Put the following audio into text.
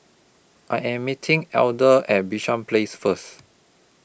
I Am meeting Elder At Bishan Place First